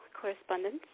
correspondence